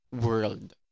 world